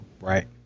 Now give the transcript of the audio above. Right